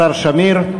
השר שמיר,